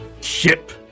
ship